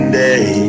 day